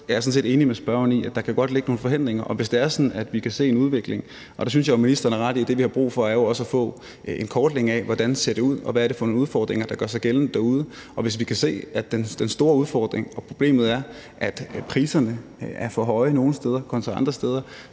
jeg er sådan set enig med spørgeren i, at der godt kan ligge nogle forhindringer. Der synes jeg jo ministeren har ret i, at det, vi har brug for, jo også er at få en kortlægning af, hvordan det ser ud, og hvad det er for nogen udfordringer, der gør sig gældende derude. Og hvis vi kan se, at den store udfordring og problemet er, at priserne er for høje nogle steder kontra andre steder,